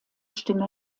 stimme